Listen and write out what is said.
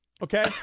Okay